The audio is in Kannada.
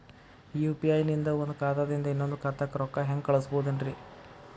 ಯು.ಪಿ.ಐ ನಿಂದ ಒಂದ್ ಖಾತಾದಿಂದ ಇನ್ನೊಂದು ಖಾತಾಕ್ಕ ರೊಕ್ಕ ಹೆಂಗ್ ಕಳಸ್ಬೋದೇನ್ರಿ?